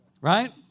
Right